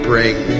bring